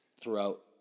Throughout